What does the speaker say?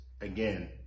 again